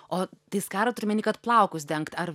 o tai skarą turi omeny kad plaukus dengt ar